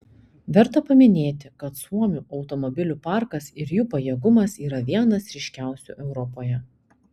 verta paminėti kad suomių automobilių parkas ir jų pajėgumas yra vienas ryškiausių europoje